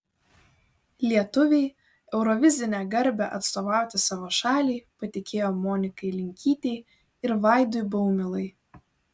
lietuviai eurovizinę garbę atstovauti savo šaliai patikėjo monikai linkytei ir vaidui baumilai